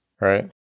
right